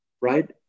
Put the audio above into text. right